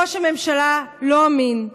ראש הממשלה לא אמין,